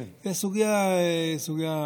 זו סוגיה מורכבת.